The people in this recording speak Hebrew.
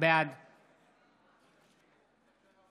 בעד